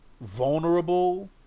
vulnerable